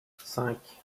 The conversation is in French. cinq